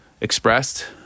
expressed